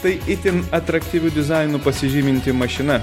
tai itin atraktyviu dizainu pasižyminti mašina